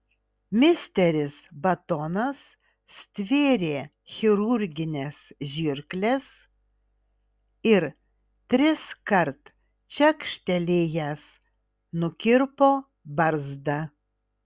misteris batonas stvėrė chirurgines žirkles ir triskart čekštelėjęs nukirpo barzdą